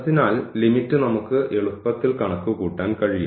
അതിനാൽ ലിമിറ്റ് നമുക്ക് എളുപ്പത്തിൽ കണക്കുകൂട്ടാൻ കഴിയും